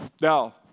Now